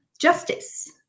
justice